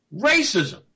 racism